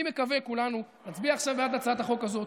אני מקווה שכולנו נצביע עכשיו בעד הצעת החוק הזאת,